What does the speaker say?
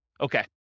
Okay